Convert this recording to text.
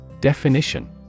Definition